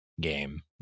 game